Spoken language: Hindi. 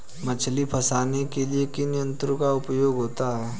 मछली फंसाने के लिए किन यंत्रों का उपयोग होता है?